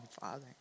father